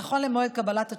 נכון למועד קבלת התשובה,